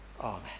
amen